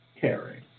caring